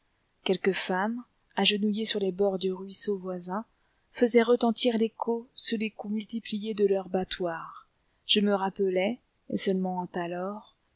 quelques femmes agenouillées sur les bords du ruisseau voisin faisaient retentir l'écho sous les coups multipliés de leurs battoirs je me rappelai et seulement alors